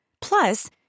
Plus